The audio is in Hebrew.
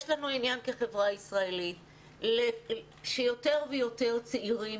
יש לנו עניין כחברה ישראלית שיותר ויותר צעירים